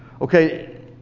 okay